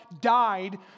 died